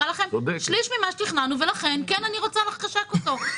ממה שתכננו ולכן אני כן רוצה לחשק אותו.